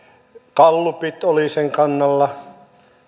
gallupit olivat sen kannalla